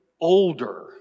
older